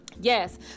Yes